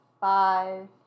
five